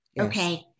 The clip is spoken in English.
Okay